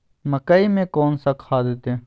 मकई में कौन सा खाद दे?